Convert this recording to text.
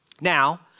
Now